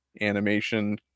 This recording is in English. animation